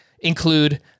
include